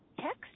text